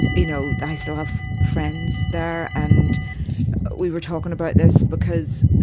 you know, i still have friends there, and we were talking about this because